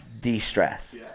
de-stress